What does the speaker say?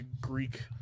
Greek